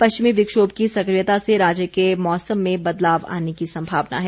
पश्चिमी विक्षोभ की सक्रियता से राज्य के मौसम में बदलाव आने की संभावना है